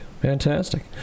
fantastic